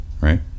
right